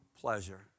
pleasure